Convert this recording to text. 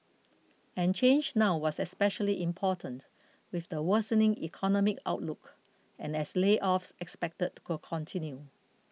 and change now was especially important with the worsening economic outlook and as layoffs expected to continue